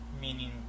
Meaning